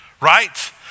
right